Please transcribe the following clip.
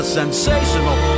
sensational